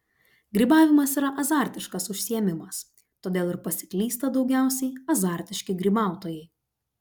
grybavimas yra azartiškas užsiėmimas todėl ir pasiklysta daugiausiai azartiški grybautojai